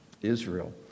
Israel